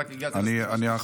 והגעתי רק לסעיף השלישי.